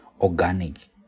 Organic